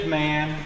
man